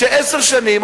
שעשר שנים,